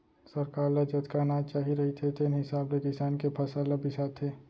सरकार ल जतका अनाज चाही रहिथे तेन हिसाब ले किसान के फसल ल बिसाथे